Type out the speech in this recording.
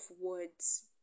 words